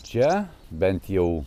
čia bent jau